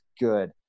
good